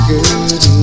Good